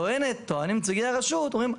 טוענים נציגי הרשות, אומרים,